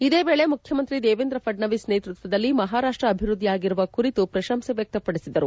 ಇದೇ ವೇಳೆ ಮುಖ್ಯಮಂತ್ರಿ ದೇವೇಂದ್ರ ಫಡ್ನಾವಿಸ್ ನೇತೃತ್ವದಲ್ಲಿ ಮಹಾರಾಷ್ಟ ಅಭಿವೃದ್ಧಿಯಾಗಿರುವ ಕುರಿತು ಪ್ರಶಂಸೆ ವ್ಯಕ್ತಪಡಿಸಿದರು